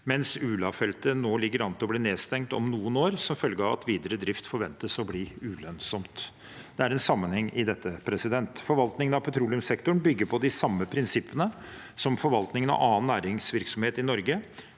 mens Ula-feltet nå ligger an til å bli nedstengt om noen år som følge av at videre drift forventes å bli ulønnsom. Det er en sammenheng i dette. Forvaltningen av petroleumssektoren bygger på de samme prinsippene som forvaltningen av annen næringsvirksomhet i Norge.